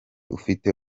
ufite